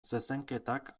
zezenketak